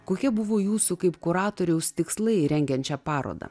kokie buvo jūsų kaip kuratoriaus tikslai rengiant šią parodą